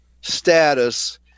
status